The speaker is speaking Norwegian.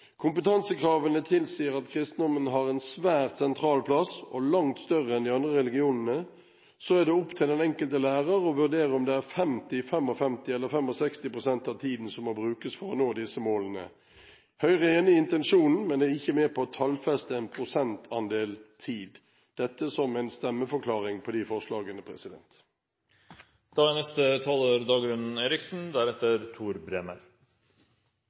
Kompetansekravene tilsier at kristendommen har en svært sentral plass, og langt større enn de andre religionene. Så er det opp til den enkelte lærer å vurdere om det er 50, 55 eller 65 pst. av tiden som må brukes for å nå disse målene. Høyre er enig i intensjonen, men er ikke med på å tallfeste en prosentandel tid – dette som en stemmeforklaring til forslagene.